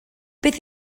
beth